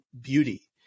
beauty